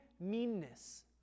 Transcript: meanness